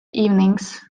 evenings